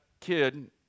kid